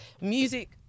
music